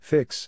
Fix